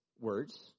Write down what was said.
words